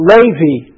Levi